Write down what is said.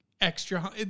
extra